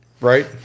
right